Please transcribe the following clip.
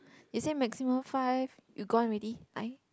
you say maximum five you gone already 来